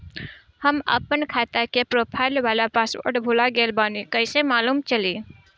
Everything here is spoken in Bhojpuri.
हम आपन खाता के प्रोफाइल वाला पासवर्ड भुला गेल बानी कइसे मालूम चली?